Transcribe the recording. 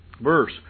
verse